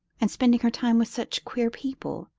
and spending her time with such queer people.